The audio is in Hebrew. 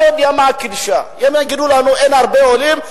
אני יודע מה הם יגידו לנו: אין הרבה עולים,